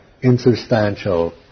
insubstantial